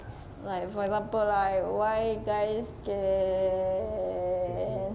like for example like why guys can